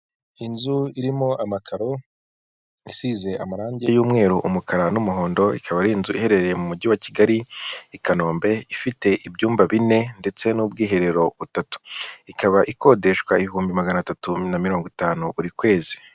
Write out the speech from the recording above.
Inzu irimo amakaro, isize amarange y'umweru, umukara n'umuhondo ikaba ari inzu iherereye mu mujyi wa kigali, i kanombe ifite ibyumba bine ndetse n'ubwiherero butatu. Ikaba ikodeshwa ibihumbi magana atatu na mirongo itanu buri kwezi.